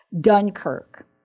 Dunkirk